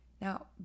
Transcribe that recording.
Now